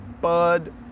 Bud